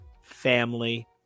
family